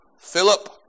Philip